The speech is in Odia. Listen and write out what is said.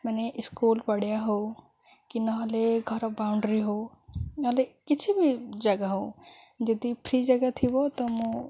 ମାନେ ସ୍କୁଲ୍ ପଡ଼ିଆ ହଉ କି ନହେଲେ ଘର ବାଉଣ୍ଡରୀ ହଉ ନହେଲେ କିଛି ବି ଜାଗା ହଉ ଯଦି ଫ୍ରି ଜାଗା ଥିବ ତ ମୁଁ